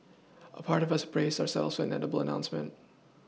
a part of us braced ourselves inevitable announcement